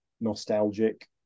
nostalgic